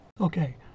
Okay